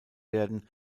werden